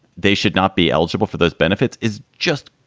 they should not be eligible for those benefits is just.